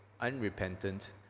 unrepentant